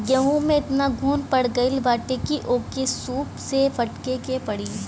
गेंहू में एतना घुन पड़ गईल बाटे की ओके सूप से फटके के पड़ी